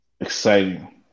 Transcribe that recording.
exciting